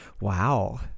Wow